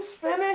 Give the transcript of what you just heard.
finish